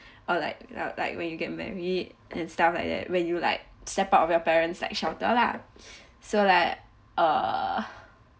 or like or like when you get married and stuff like that when you like step out of your parents like shelter lah so like uh